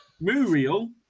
Muriel